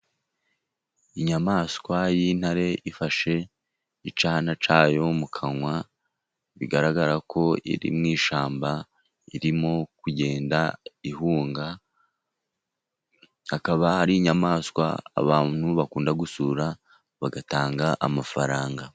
Inyamaswa y’intare ifashe icyana cyayo mu kanwa, bigaragara ko iri mu ishyamba, irimo kugenda ihunga. Hakaba hari inyamaswa abantu bakunda gusura, bagatanga amafaranga.